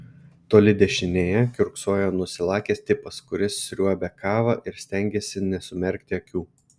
toli dešinėje kiurksojo nusilakęs tipas kuris sriuobė kavą ir stengėsi nesumerkti akių